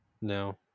No